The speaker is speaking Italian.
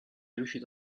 riuscito